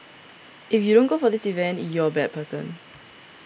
if you don't go for this event you're a bad person